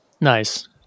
nice